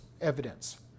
evidence